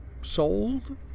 sold